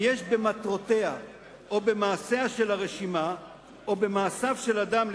אם יש במטרותיה או במעשיה של הרשימה או במעשיו של האדם,